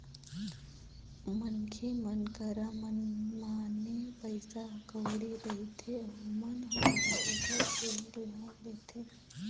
मनखे मन करा मनमाने पइसा कउड़ी रहिथे ओमन ह बरोबर सेयर ल लेथे